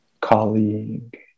colleague